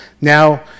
Now